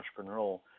entrepreneurial